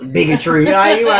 Bigotry